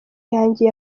yanjye